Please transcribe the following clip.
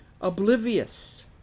oblivious